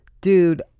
Dude